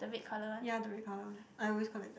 ya the red colour one I always collect that